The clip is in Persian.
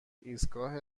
ایستگاه